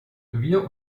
wir